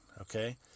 okay